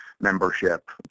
membership